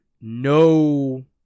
no